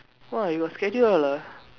!wah! you got schedule all ah